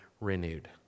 Renewed